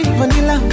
Vanilla